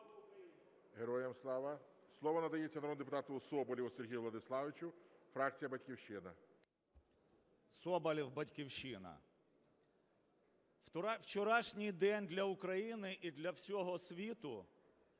Героям слава! Слово надається народному депутату Соболєву Сергію Владиславовичу, фракція "Батьківщина". 10:37:28 СОБОЛЄВ С.В. Соболєв, "Батьківщина". Вчорашній день для України і для всього світу